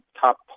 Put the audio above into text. top